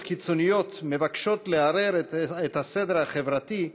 קיצוניות מבקשות לערער את הסדר החברתי,